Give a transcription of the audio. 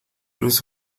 eres